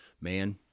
Man